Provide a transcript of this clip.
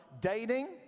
dating